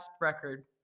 record